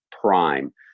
prime